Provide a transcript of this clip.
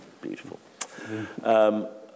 Beautiful